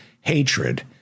hatred